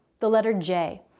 the letter j.